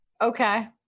Okay